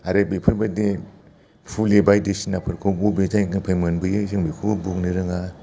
आरो बेफोर बायदि फुलि बायदिसिनाफोरखौ बेबे जायगानिफ्राय मोनबोयो जों बेखौबो बुंनो रोङा